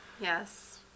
Yes